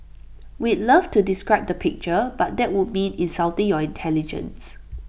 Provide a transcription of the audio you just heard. we'd love to describe the picture but that would mean insulting your intelligence